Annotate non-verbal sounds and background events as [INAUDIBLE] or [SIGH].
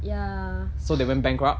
ya [BREATH]